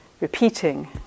repeating